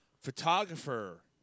photographer